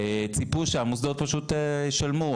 ציפו שהמוסדות פשוט ישלמו,